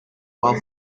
while